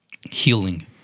healing